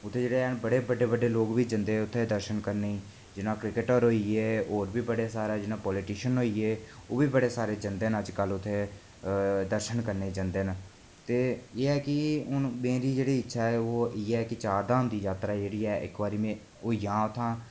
उत्थै जेह्ड़े हैन बड़े बड्डे बड्डे लोक बी जंदे उत्थै दर्शन करने गी जियां क्रिकेटर होइये होर बी बड़े सारे पालीटिशीयन होइये ओह्बी बड़े सारे जंदे न अज्जकल उत्थें अ दर्शन करने गी जंदे न ते एह् ऐ की हून मेरी जेह्ड़ी इच्छा ऐ की चार धाम दी जात्तरा जेह्ड़ी ऐ इक्क बारी में होई जा उत्थां